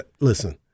listen